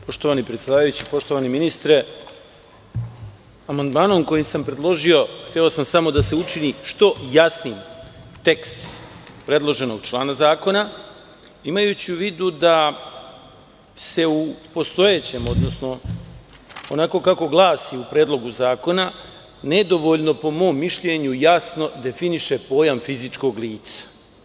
Poštovani predsedavajući, poštovani ministre, amandman koji sam predložio sam hteo da se učini što jasnijim tekst predloženog člana zakona, imajući u vidu da se u postojećem zakona, odnosno onako kako glasi u Predlogu zakona, nedovoljno po mom mišljenju i jasno definiše pojam fizičkog lica.